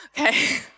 okay